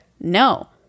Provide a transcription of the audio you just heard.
No